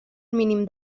mínim